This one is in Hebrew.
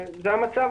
זה המצב,